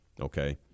Okay